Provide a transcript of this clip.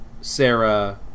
Sarah